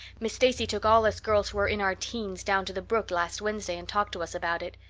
miss stacy took all us girls who are in our teens down to the brook last wednesday, and talked to us about it.